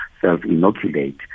self-inoculate